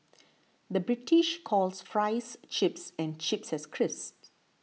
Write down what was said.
the British calls Fries Chips and Chips Crisps